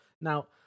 Now